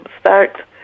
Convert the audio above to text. start